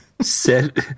set